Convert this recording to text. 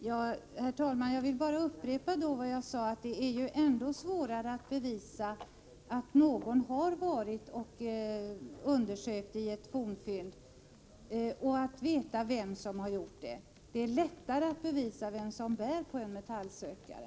Herr talman! Jag vill bara upprepa vad jag sade tidigare, nämligen att det är ännu svårare att veta vem som har undersökt ett fornfynd och att bevisa det. Det är lättare att bevisa vem som bär på en metallsökare.